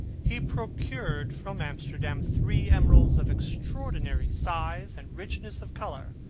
he procured from amsterdam three emeralds of extraordinary size and richness of colour,